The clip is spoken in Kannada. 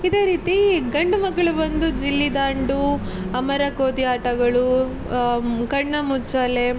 ಇದೇ ರೀತಿ ಗಂಡು ಮಕ್ಕಳು ಬಂದು ಗಿಲ್ಲಿ ದಾಂಡು ಮರ ಕೋತಿ ಆಟಗಳು ಕಣ್ಣಾಮುಚ್ಚಾಲೆ